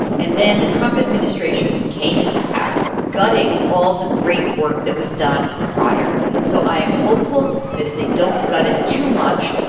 and then the trump administration came into power, gutting all the great work that was done prior. so i am hopeful that if they don't gut it too much,